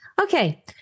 Okay